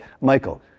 Michael